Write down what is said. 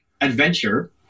adventure